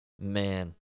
man